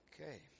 Okay